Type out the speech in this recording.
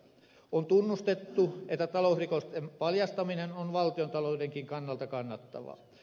on tunnustettu että talousrikosten paljastaminen on valtiontaloudenkin kannalta kannattavaa